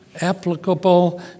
applicable